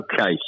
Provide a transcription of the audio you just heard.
Okay